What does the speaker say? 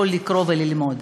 יכול לקרוא וללמוד.